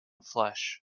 flesh